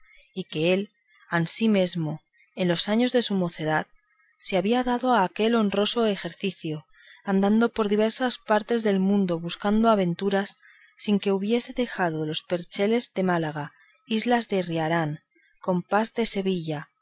y que él ansimesmo en los años de su mocedad se había dado a aquel honroso ejercicio andando por diversas partes del mundo buscando sus aventuras sin que hubiese dejado los percheles de málaga islas de riarán compás de sevilla